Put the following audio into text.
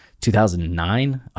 2009